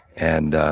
and